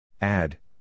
Add